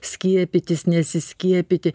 skiepytis nesiskiepyti